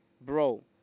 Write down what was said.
Bro